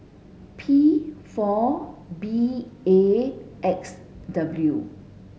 P four B A X W